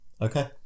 Okay